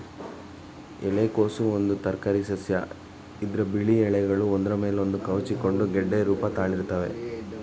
ಎಲೆಕೋಸು ಒಂದು ತರಕಾರಿಸಸ್ಯ ಇದ್ರ ಬಿಳಿ ಎಲೆಗಳು ಒಂದ್ರ ಮೇಲೊಂದು ಕವುಚಿಕೊಂಡು ಗೆಡ್ಡೆ ರೂಪ ತಾಳಿರ್ತವೆ